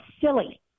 silly